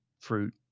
fruit